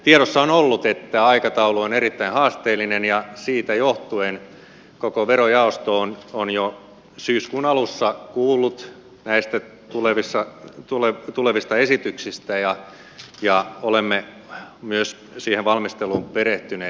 tiedossa on ollut että aikataulu on erittäin haasteellinen ja siitä johtuen koko verojaosto on jo syyskuun alussa kuullut näistä tulevista esityksistä ja olemme myös siihen valmisteluun perehtyneet